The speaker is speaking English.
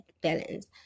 balance